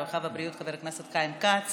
הרווחה והבריאות חבר הכנסת חיים כץ